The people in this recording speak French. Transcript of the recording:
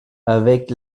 avec